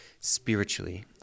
spiritually